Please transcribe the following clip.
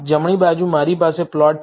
જમણી બાજુ મારી પાસે પ્લોટ છે